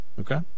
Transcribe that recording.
Okay